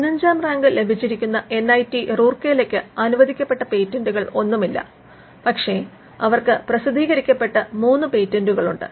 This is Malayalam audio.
പതിനഞ്ചാം റാങ്ക് ലഭിച്ചിരിക്കുന്ന എൻ ഐ ടി റൂർക്കേലയ്ക്ക് അനുവദിക്കപ്പെട്ട പേറ്റന്റുകളൊന്നുമില്ല പക്ഷേ അവർക്ക് പ്രസിദ്ധീകരിക്കപ്പെട്ട 3 പേറ്റന്റുകൾ ഉണ്ട്